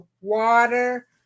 water